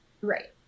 Right